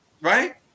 right